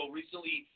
recently